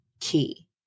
key